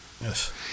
Yes